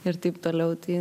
ir taip toliau tai